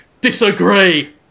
Disagree